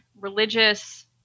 religious